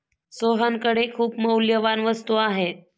सोहनकडे खूप मौल्यवान वस्तू आहे